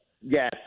Yes